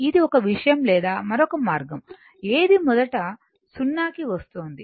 ఇది ఒక విషయం లేదా మరొక మార్గం ఏది మొదట 0 కి వస్తోంది